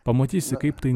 pamatysi kaip tai